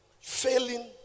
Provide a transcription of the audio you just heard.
failing